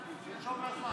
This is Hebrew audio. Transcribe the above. תרשום לה זמן.